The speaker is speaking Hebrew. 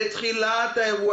בתחילת האירוע,